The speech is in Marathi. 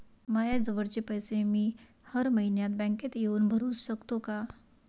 मायाजवळचे पैसे मी हर मइन्यात बँकेत येऊन भरू सकतो का?